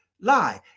lie